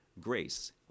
grace